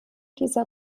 dieser